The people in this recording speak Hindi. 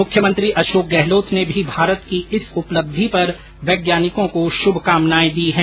मुख्यमंत्री अशोक गहलोत ने भी भारत की इस उपलब्धि पर वैज्ञानिकों को शुभकामनाएं दी है